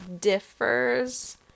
differs